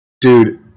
dude